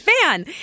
fan